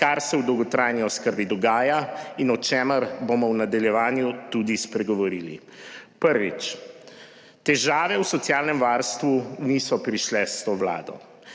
kar se v dolgotrajni oskrbi dogaja in o čemer bomo v nadaljevanju tudi spregovorili. Prvič, težave v socialnem varstvu niso prišle s to vlado,